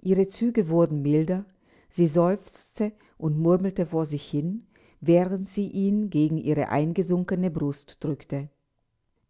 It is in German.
ihre züge wurden milder sie seufzte und murmelte vor sich hin während sie ihn gegen ihre eingesunkene brust drückte